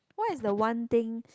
what is the one thing